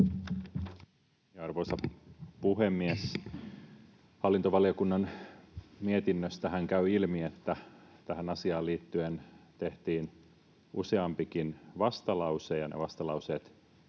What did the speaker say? Arvoisa puhemies! Hallintovaliokunnan mietinnöstähän käy ilmi, että tähän asiaan liittyen tehtiin useampikin vastalause,